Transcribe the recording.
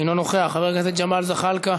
אינו נוכח, חבר הכנסת ג'מאל זחאלקה,